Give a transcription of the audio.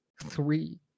three